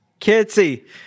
Kitsy